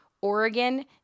Oregon